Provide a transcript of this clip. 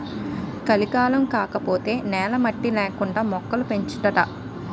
కలికాలం కాకపోతే నేల మట్టి నేకండా మొక్కలు పెంచొచ్చునాట